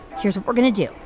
here's what we're going to do.